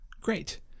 great